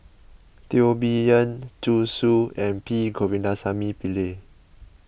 Teo Bee Yen Zhu Xu and P Govindasamy Pillai